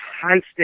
constant